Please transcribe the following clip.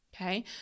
Okay